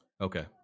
Okay